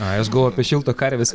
ai aš galvojau apie šilto karvės